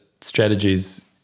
strategies